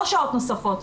לא שעות נוספות.